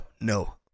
no